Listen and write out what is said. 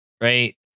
right